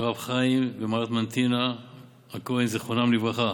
הרב חיים ומרת מנטינה הכהן, זיכרונה לברכה,